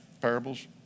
parables